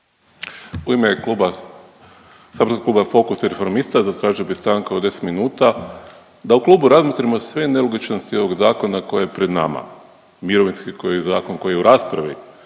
Kluba Fokus i Reformista zatražio bi stanku od 10 minuta da u klubu razmotrimo sve nelogičnosti ovoga zakona koji je pred nama, mirovinski koji je u raspravi